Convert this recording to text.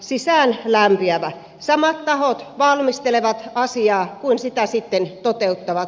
asiaa valmistelevat samat tahot kuin sitten toteuttavat